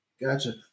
Gotcha